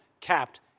capped